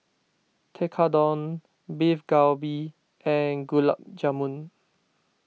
Tekkadon Beef Galbi and Gulab Jamun